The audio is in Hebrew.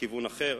בכיוון אחר,